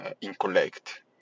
incorrect